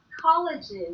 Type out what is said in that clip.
colleges